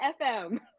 FM